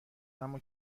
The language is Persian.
اما